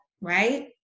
right